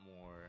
more